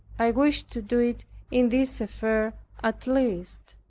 i wished to do it in this affair at least.